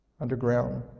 underground